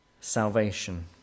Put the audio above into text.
salvation